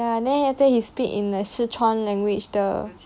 ya then after that speak in a sichuan language the